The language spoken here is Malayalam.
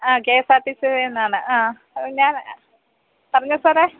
ആ കെ എസ് ആർ ടി സീന്നാണ് ആ ഞാ പറഞ്ഞോ സാറേ